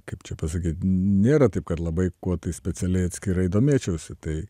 kaip čia pasakyt nėra taip kad labai kuo tai specialiai atskirai domėčiausi tai